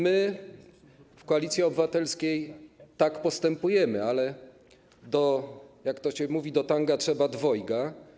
My w Koalicji Obywatelskiej tak postępujemy, ale, jak to się mówi, do tanga trzeba dwojga.